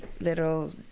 little